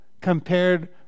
compared